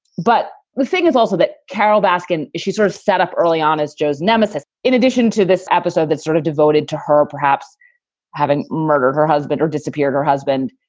but the thing is also that carol baskin, she's sort of set up early on as joe's nemesis in addition to this episode that's sort of devoted to her perhaps having murdered her husband or disappeared her husband.